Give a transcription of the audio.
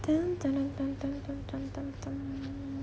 dang~ dang~ dang~ dang~ dang~ dang~ dang~ dang~ dang~